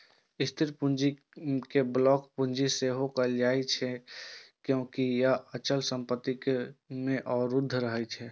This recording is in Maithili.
स्थिर पूंजी कें ब्लॉक पूंजी सेहो कहल जाइ छै, कियैकि ई अचल संपत्ति रूप मे अवरुद्ध रहै छै